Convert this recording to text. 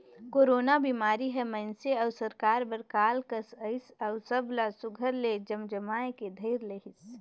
corona बिमारी हर मइनसे अउ सरकार बर काल कस अइस अउ सब ला सुग्घर ले जमजमाए के धइर लेहिस